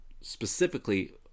specifically